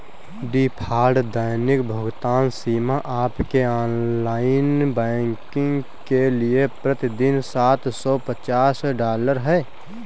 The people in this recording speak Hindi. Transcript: डिफ़ॉल्ट दैनिक भुगतान सीमा आपके ऑनलाइन बैंकिंग के लिए प्रति दिन सात सौ पचास डॉलर है